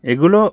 এগুলো